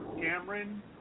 Cameron